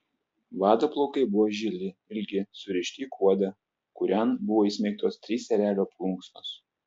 vado plaukai buvo žili ilgi surišti į kuodą kurian buvo įsmeigtos trys erelio plunksnos